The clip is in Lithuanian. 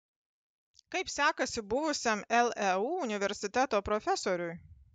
kaip sekasi buvusiam leu universiteto profesoriui